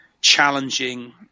challenging